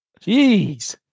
Jeez